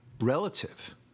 relative